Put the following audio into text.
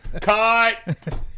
Cut